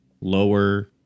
lower